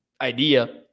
idea